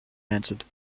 answered